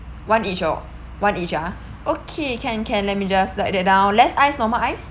one each oh one each ah okay can can let me just write that down less ice normal ice